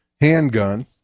handgun